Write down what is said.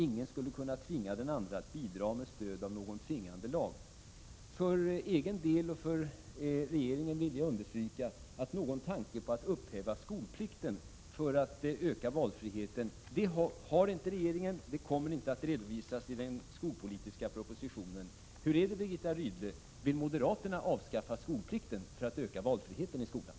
Ingen skulle kunna tvinga den andre att bidra med stöd av någon tvingande lag.” För egen del och för regeringens vidkommande vill jag understryka att regeringen inte har någon tanke på att upphäva skolplikten för att öka valfriheten och att något sådant förslag inte kommer att redovisas i den skolpolitiska propositionen. Hur är det, Birgitta Rydle: Vill moderaterna avskaffa skolplikten för att öka valfriheten i skolan?